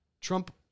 Trump